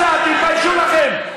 תשתקו קצת, תתביישו לכם.